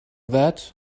that